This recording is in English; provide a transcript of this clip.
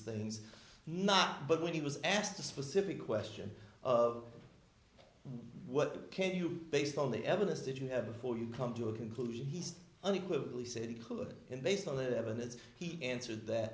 things not but when he was asked a specific question of what can you based on the evidence that you have for you come to a conclusion he's unequivocally said it could and they saw the evidence he answered that